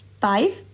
Five